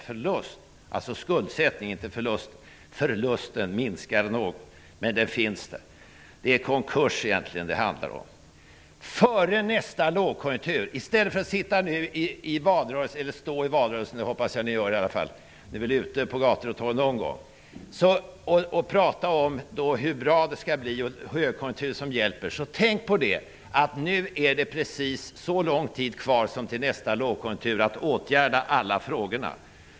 Förlusten minskar något, men den finns där. Det handlar egentligen om en konkurs. Jag hoppas att ni står upp i valrörelsen. Ni är förmodligen ute på gator och torg någon gång och pratar om högkonjunkturen och om hur bra det skall bli. Tänk då på att ni har precis så lång tid på er som till nästa lågkonjunktur för att åtgärda alla problem!